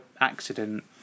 accident